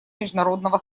международного